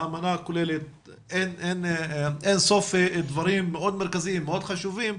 האמנה כוללת אינסוף דברים מאוד מרכזיים וחשובים,